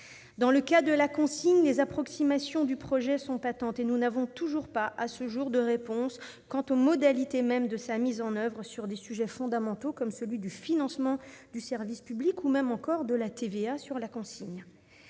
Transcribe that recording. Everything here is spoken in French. Dans le cas de la consigne, les approximations du projet de loi sont patentes et nous n'avons toujours pas à ce jour de réponses quant aux modalités mêmes de sa mise en oeuvre sur des sujets fondamentaux comme celui du financement du service public ou encore de la TVA sur la consigne.